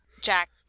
Jack